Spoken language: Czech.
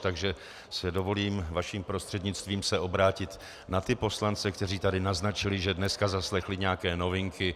Takže si dovolím vaším prostřednictvím se obrátit na ty poslance, kteří tady naznačili, že dneska zaslechli nějaké novinky.